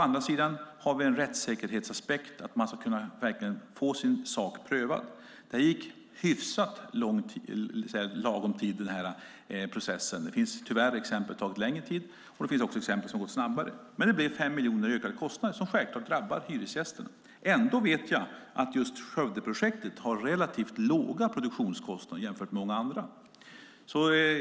Å andra sidan har vi en rättssäkerhetsaspekt, att man verkligen ska kunna få sin sak prövad. Den här processen tog hyfsat lagom tid. Det finns tyvärr exempel på att det har tagit längre tid, och det finns exempel på att det har gått snabbare. Men det blev 5 miljoner i ökade kostnader, som självklart drabbar hyresgästerna. Ändå vet jag att just Skövdeprojektet hade relativt låga produktionskostnader jämfört med många andra.